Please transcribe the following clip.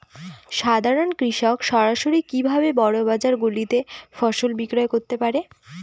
সাধারন কৃষক সরাসরি কি ভাবে বড় বাজার গুলিতে ফসল বিক্রয় করতে পারে?